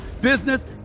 business